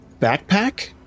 backpack